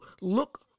look